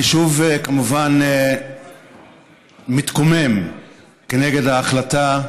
אני שוב כמובן מתקומם כנגד ההחלטה,